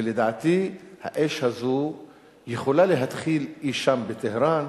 לדעתי, האש הזו יכולה להתחיל אי-שם באירן,